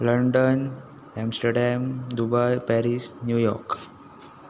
London Amsterdam Dubai Paris New York